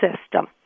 system